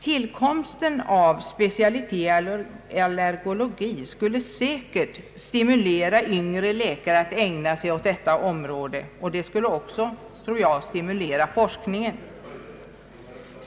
Tillkomsten av specialiteten allergologi skulle säkert stimulera yngre läkare att ägna sig åt detta område, och det skulle också, tror jag, stimulera forskningen.